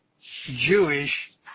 Jewish